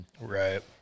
Right